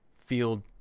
field